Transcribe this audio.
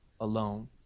alone